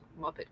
Muppet